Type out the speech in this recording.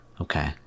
Okay